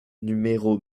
numéro